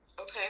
Okay